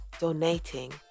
donating